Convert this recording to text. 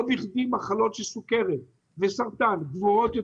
לא בכדי מחלות של סכרת וסרטן גבוהות יותר.